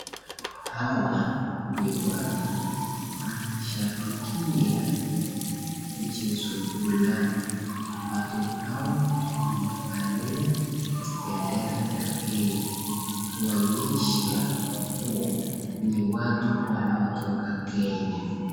Hawa ni watu wanashabikia mchezo Fulani, watu Hawa wamevalia pendera ya Kenya kuonyesha ndio ni watu wanaotoka Kenya.